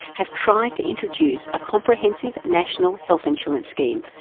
have tried to introduce a comprehensive national health insurance scheme.